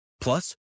Plus